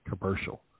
commercial